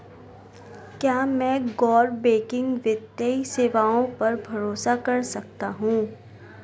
क्या मैं गैर बैंकिंग वित्तीय सेवाओं पर भरोसा कर सकता हूं?